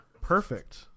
perfect